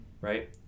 right